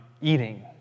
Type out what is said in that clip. eating